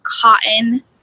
cotton